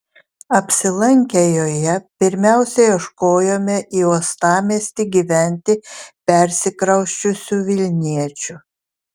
apsilankę joje pirmiausia ieškojome į uostamiestį gyventi persikrausčiusių vilniečių